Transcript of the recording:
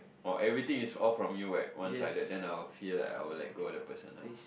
or everything is all from you right one sided then I will feel like I will let go of the person lah